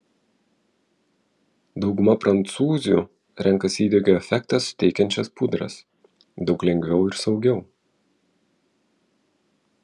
dauguma prancūzių renkasi įdegio efektą suteikiančias pudras daug lengviau ir saugiau